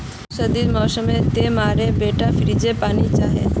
सर्दीर मौसम तो मोर बेटाक फ्रिजेर पानी चाहिए